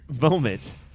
moments